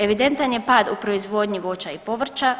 Evidentan je pad u proizvodnji voća i povrća.